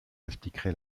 expliquerait